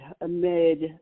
amid